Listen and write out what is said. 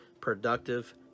productive